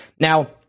Now